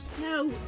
No